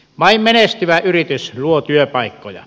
vain menestyvä yritys luo työpaikkoja